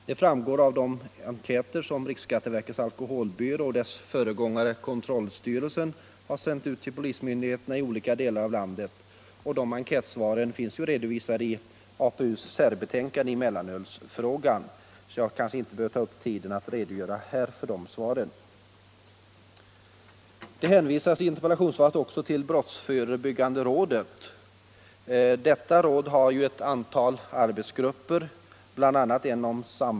Det framgår också av de enkäter som riksskatteverkets alkoholbyrå och dess föregångare kontrollstyrelsen har sänt ut till polismyndigheterna i olika delar av landet. Enkätsvaren finns redovisade i APU:s särbetänkande i mellanölsfrågan, så jag behöver kanske inte uppta tiden här med att redogöra för dem.